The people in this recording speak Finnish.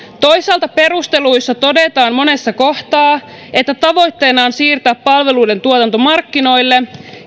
toisaalta perusteluissa todetaan monessa kohtaa että tavoitteena on siirtää palveluiden tuotanto markkinoille